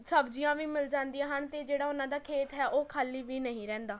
ਸਬਜ਼ੀਆਂ ਵੀ ਮਿਲ ਜਾਂਦੀਆਂ ਹਨ ਅਤੇ ਜਿਹੜਾ ਉਹਨਾਂ ਦਾ ਖੇਤ ਹੈ ਉਹ ਖਾਲੀ ਵੀ ਨਹੀਂ ਰਹਿੰਦਾ